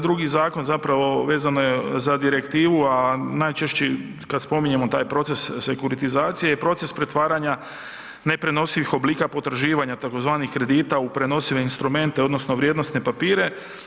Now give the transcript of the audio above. Drugi zakon zapravo vezano je za direktivu, a najčešći, kad spominjemo taj proces sekuritizacije je proces pretvaranja neprenosivih oblika potraživanja tzv. kredita u prenosive instrumente, odnosno vrijednosne papire.